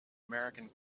american